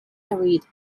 arid